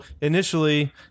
initially